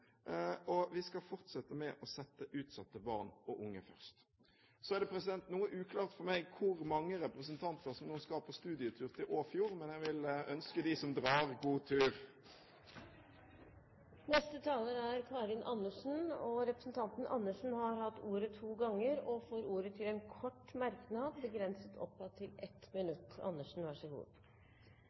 og vi skal fortsette med å sette utsatte barn og unge først. Så er det noe uklart for meg hvor mange representanter som nå skal på studietur til Åfjord, men jeg vil ønske dem som drar, god tur! Representanten Karin Andersen har hatt ordet to ganger tidligere og får ordet til en kort merknad, begrenset til 1 minutt.